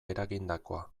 eragindakoa